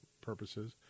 purposes